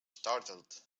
startled